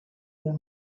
the